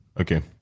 Okay